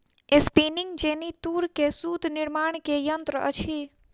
spinning jenny तूर से सूत निर्माण के यंत्र अछि